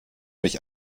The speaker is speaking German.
mich